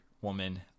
woman